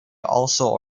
also